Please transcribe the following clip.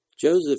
Joseph